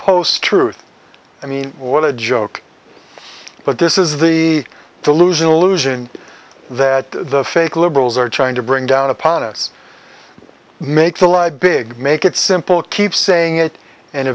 post truth i mean what a joke but this is the delusional allusion that the fake liberals are trying to bring down upon us make the lie big make it simple keep saying it and